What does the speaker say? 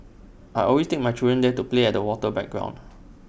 I always take my children there to play at the water playground